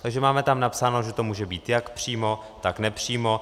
Takže tam máme napsáno, že to může být jak přímo, tak nepřímo.